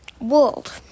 World